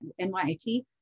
NYIT